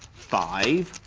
five,